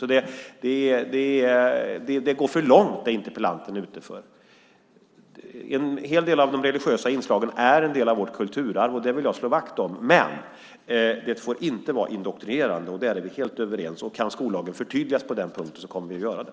Det interpellanten är ute efter går för långt. En hel del av de religiösa inslagen är en del av vårt kulturarv, och det vill jag slå vakt om. Men det får inte vara indoktrinerande, och där är vi helt överens. Om skollagen kan förtydligas på den punkten kommer vi att göra det.